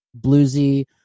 bluesy